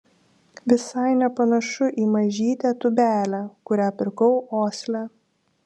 visai nepanašu į mažytę tūbelę kurią pirkau osle